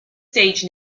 stage